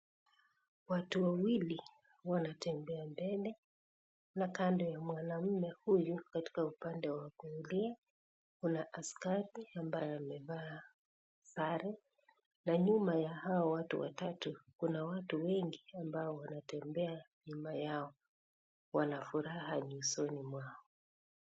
Watu wawili wanatembea mbele na kando ya mwanaume huyu katika upande wa kulia kuna askari ambaye amevaa sare na nyumba ya hawo watu watatu Kuna watu wengine ambao wanatembea nyumba yao Wanafuraha nyusoni mwao.